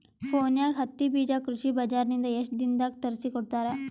ಫೋನ್ಯಾಗ ಹತ್ತಿ ಬೀಜಾ ಕೃಷಿ ಬಜಾರ ನಿಂದ ಎಷ್ಟ ದಿನದಾಗ ತರಸಿಕೋಡತಾರ?